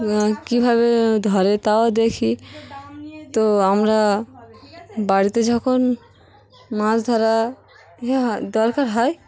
কীভাবে ধরে তাও দেখি তো আমরা বাড়িতে যখন মাছ ধরাই হয় দরকার হয়